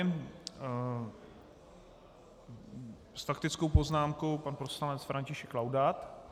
S faktickou poznámkou pan poslanec František Laudát.